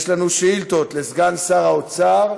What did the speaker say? יש לנו שאילתות לסגן שר האוצר.